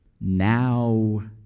now